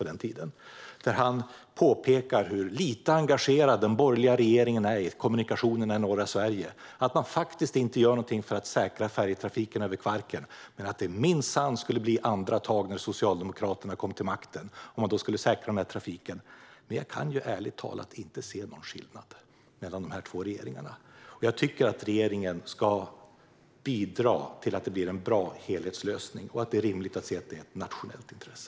Han påpekar i artikeln hur lite engagerad den borgerliga regeringen är i kommunikationerna i norra Sverige och att man inte gör någonting för att säkra färjetrafiken över Kvarken men att det minsann kommer att bli andra tag när Socialdemokraterna kommer till makten och att Socialdemokraterna kommer att säkra denna trafik. Ärligt talat kan jag dock inte se någon skillnad mellan dessa två regeringar. Jag tycker att regeringen ska bidra till att det blir en bra helhetslösning. Jag tycker också att det är rimligt att anse att detta är ett nationellt intresse.